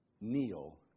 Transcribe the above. kneel